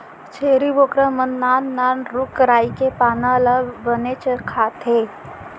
छेरी बोकरा मन नान नान रूख राई के पाना ल बनेच खाथें